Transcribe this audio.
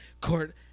Court